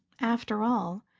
after all,